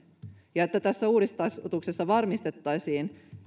ja että tässä uudistuksessa varmistettaisiin